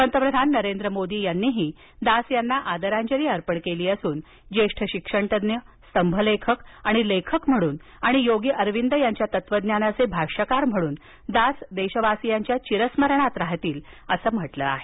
पंतप्रधान नरेंद्र मोदी यांनीही दास यांना आदरांजली अर्पण केली असून ज्येष्ठ शिक्षणतज्ज्ञ स्तंभ लेखक आणि लेखक म्हणून आणि योगी अरविंद यांच्या तत्वज्ञानाचे भाष्यकार म्हणून दास देशवासीयांच्या चिरस्मरणात राहतील अस म्हटलं आहे